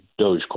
Dogecoin